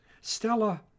Stella